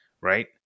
Right